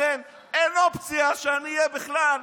לכן אין אופציה שאני אהיה בכלל.